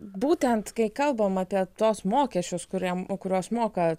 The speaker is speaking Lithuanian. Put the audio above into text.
būtent kai kalbam apie tuos mokesčius kuriem kuriuos moka